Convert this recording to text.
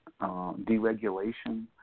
deregulation